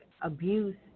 abuse